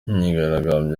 imyigaragambyo